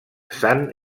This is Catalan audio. sant